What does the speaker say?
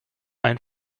ein